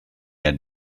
had